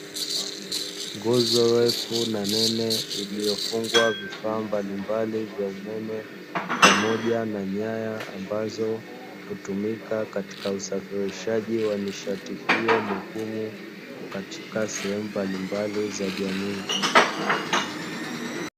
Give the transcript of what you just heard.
Nguzo refu na nene, iliyofungwa vifaa mbalimbali vya umeme pamoja na nyaya ambazo hutumika katika usafirishaji wa nishati hiyo muhimu katika sehemu mbalimbali za jamii.